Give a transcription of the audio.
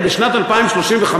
בשנת 2035,